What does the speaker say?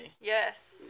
yes